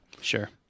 sure